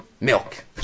milk